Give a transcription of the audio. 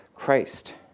Christ